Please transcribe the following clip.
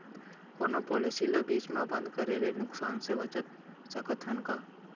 कोनो पॉलिसी ला बीच मा बंद करे ले नुकसान से बचत सकत हन का?